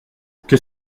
qu’est